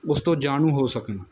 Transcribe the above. ਉਸ ਤੋਂ ਜਾਣੂ ਹੋ ਸਕਣ